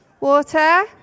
water